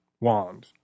wand